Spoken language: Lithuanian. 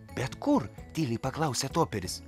bet kur tyliai paklausė toperis